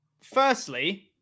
firstly